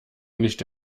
nicht